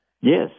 Yes